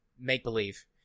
make-believe